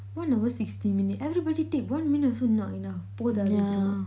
one over sixty minute everybody take one minute also not enough போதாது:pothaathu